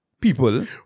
people